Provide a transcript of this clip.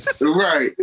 Right